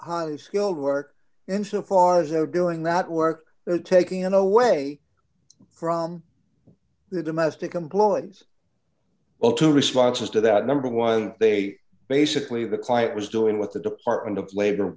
highly skilled work in so far as they're doing that work they're taking away from the domestic employees well two responses to that number one they basically the client was doing what the department of labor